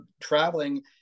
traveling